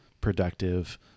productive